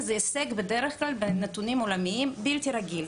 זה הישג שבדרך כלל בנתונים עולמיים הוא בלתי רגיל.